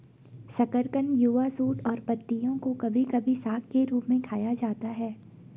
शकरकंद युवा शूट और पत्तियों को कभी कभी साग के रूप में खाया जाता है